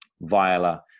Viola